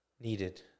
needed